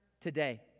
today